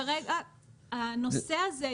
כרגע הנושא הזה,